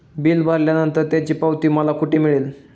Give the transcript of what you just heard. Bill भरल्यानंतर त्याची पावती मला कुठे मिळेल?